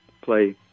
play